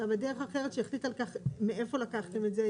בדרך אחרת שיחליט על כך מאיפה לקחתם את זה?